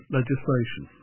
legislation